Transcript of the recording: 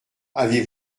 avez